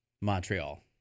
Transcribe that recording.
Montreal